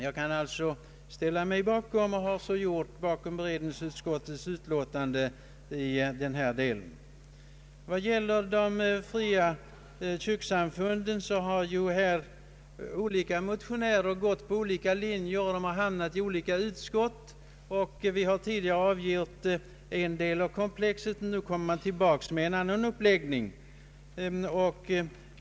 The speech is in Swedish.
Jag kan alltså ställa mig bakom beredningsutskottets utlåtande i denna del. Vad gäller de fria kyrkosamfunden har olika motionärer gått på olika linjer, och motionerna har hamnat i olika utskott. Vi har tidigare avgjort en del av komplexet, och nu kommer man tillbaka med en annan uppläggning.